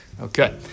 Okay